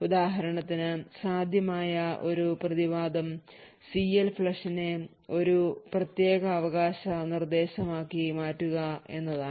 ഉദാഹരണത്തിന് സാധ്യമായ ഒരു പ്രതിവാദം CLFLUSH നെ ഒരു പ്രത്യേകാവകാശ നിർദ്ദേശമാക്കി മാറ്റുക എന്നതാണ്